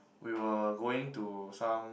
we were going to some